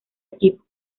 equipo